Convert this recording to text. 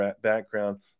background